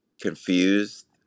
confused